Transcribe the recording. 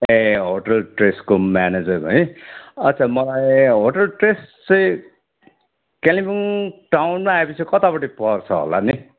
ए होटेलको ट्रेसको म्यानेजर है अच्छा मलाई होटेल ट्रेस चाहिँ कालिम्पोङ टाउनमा आएपछि कतापट्टि पर्छ होला नि